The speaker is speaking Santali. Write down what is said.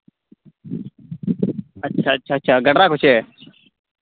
ᱟᱪᱪᱷᱟ ᱟᱪᱪᱷᱟ ᱜᱟᱰᱨᱟ ᱠᱚ ᱪᱮᱫ